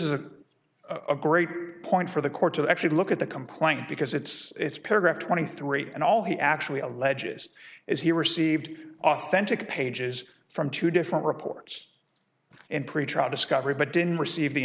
a a great point for the court to actually look at the complaint because it's paragraph twenty three and all he actually alleges is he received authentic pages from two different reports and pretrial discovery but didn't receive the